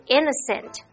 Innocent